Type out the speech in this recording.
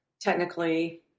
technically